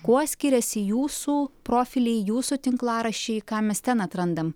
kuo skiriasi jūsų profiliai jūsų tinklaraščiai ką mes ten atrandam